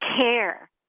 care